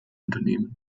unternehmen